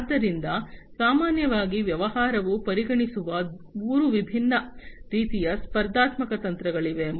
ಆದ್ದರಿಂದ ಸಾಮಾನ್ಯವಾಗಿ ವ್ಯವಹಾರವು ಪರಿಗಣಿಸುವ ಮೂರು ವಿಭಿನ್ನ ರೀತಿಯ ಸ್ಪರ್ಧಾತ್ಮಕ ತಂತ್ರಗಳಿವೆ